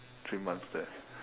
three months there